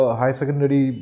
high-secondary